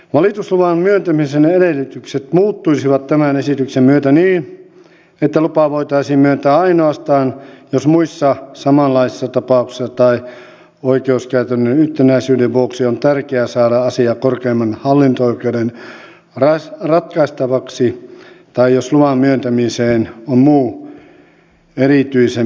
valitusluvan myöntämisen edellytykset muuttuisivat tämän esityksen myötä niin että lupa voitaisiin myöntää ainoastaan jos muissa samanlaisissa tapauksissa tai oikeuskäytännön yhtenäisyyden vuoksi on tärkeää saada asia korkeimman hallinto oikeuden ratkaistavaksi tai jos luvan myöntämiseen on muu erityisen painava syy